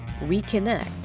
reconnect